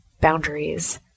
boundaries